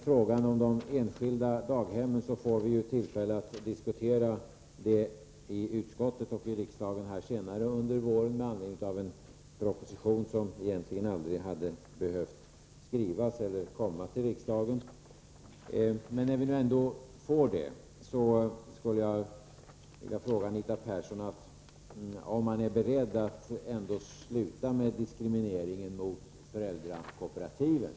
Frågan om de enskilda daghemmen får vi i utskottet och i kammaren tillfälle att diskutera senare under våren — med anledning av en proposition som egentligen aldrig hade behövt skrivas eller lämnas till riksdagen. När vi nu ändå får en sådan proposition skulle jag vilja fråga Anita Persson om regeringen är beredd att sluta med diskrimineringen av föräldrakooperativen.